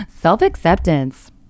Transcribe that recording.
Self-acceptance